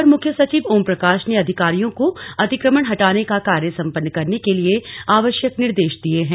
अपर मुख्य सचिव ओमप्रकाश ने अधिकारियों को अतिक्रमण हटाने का कार्य सम्पन्न कराने के लिए आवश्यक निर्देश दिये हैं